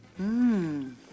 Mmm